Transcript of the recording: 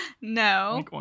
No